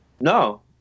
No